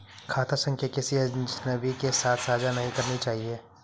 खाता संख्या किसी अजनबी के साथ साझा नहीं करनी चाहिए